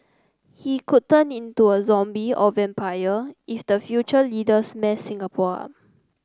he could turn into a zombie or vampire if the future leaders mess Singapore up